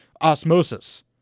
osmosis